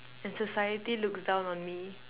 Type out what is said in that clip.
and society looks down on me